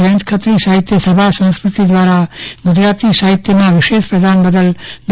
જયંત ખત્રી સાહિત્ય સભા સંસ્કૃતિ દ્વારા ગુ જરાત સાહિત્યમાં વિશેષ પ્રદાન બદલ ડૉ